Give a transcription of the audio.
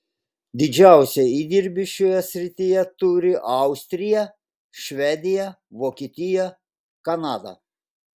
didžiausią įdirbį šioje srityje turi austrija švedija vokietija kanada